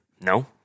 No